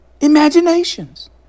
imaginations